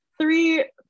three